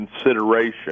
consideration